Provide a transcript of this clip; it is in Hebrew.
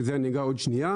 שזה אני אגע עוד שנייה.